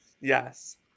yes